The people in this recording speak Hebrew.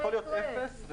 זה יכול לשאוף לאפס.